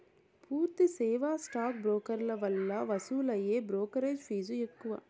పూర్తి సేవా స్టాక్ బ్రోకర్ల వల్ల వసూలయ్యే బ్రోకెరేజ్ ఫీజ్ ఎక్కువ